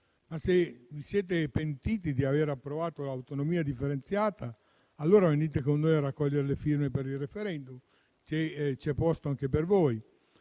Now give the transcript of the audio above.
Ma se vi siete pentiti di aver approvato l'autonomia differenziata, allora venite con noi a raccogliere le firme per il *referendum*, c'è posto anche per voi,